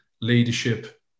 leadership